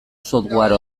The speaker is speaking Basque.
software